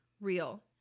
Real